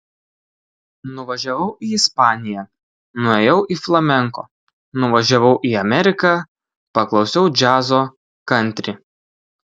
nuvažiavau į ispaniją nuėjau į flamenko nuvažiavau į ameriką paklausiau džiazo kantri